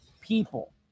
people